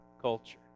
culture